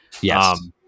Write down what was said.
Yes